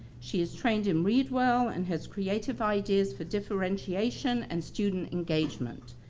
she is trained in read well and has creative ideas for differentiation and student engagement.